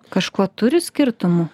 kažko turi skirtumų